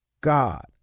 God